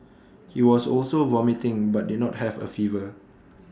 he was also vomiting but did not have A fever